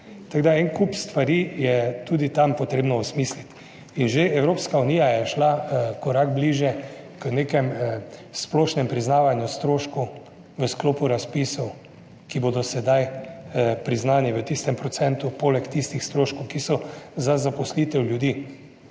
Tako da, en kup stvari je tudi tam potrebno osmisliti. Že Evropska unija je šla korak bližje k nekem splošnem priznavanju stroškov v sklopu razpisov, ki bodo sedaj priznani v tistem procentu poleg tistih stroškov, ki so za zaposlitev ljudi.